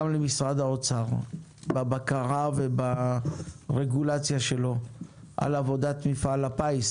למשרד האוצר בבקרה וברגולציה שלו על עבודת מפעל הפיס.